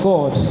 God